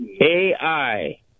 AI